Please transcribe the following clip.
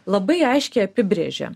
labai aiškiai apibrėžia